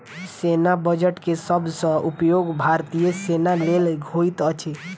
सेना बजट के सब सॅ उपयोग भारतीय सेना लेल होइत अछि